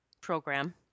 program